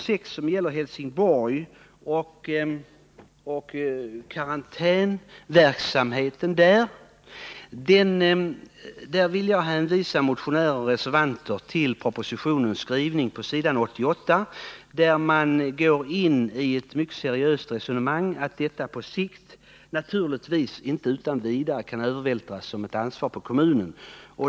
S Seb ra := bruksdepartemen Helsingborg, vill jag hänvisa motionärer och reservanter till propositionens tets-verksamhetsskrivning på s. 88, där det förs ett mycket seriöst resonemang om att ansvaret område på sikt naturligtvis inte utan vidare kan övervältras på kommunerna.